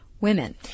women